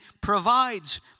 provides